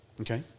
Okay